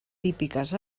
típiques